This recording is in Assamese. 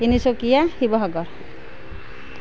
তিনিচুকীয়া শিৱসাগৰ